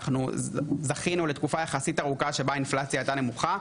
אנחנו זכינו לתקופה יחסית ארוכה שבה האינפלציה הייתה יחסית נמוכה,